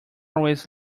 always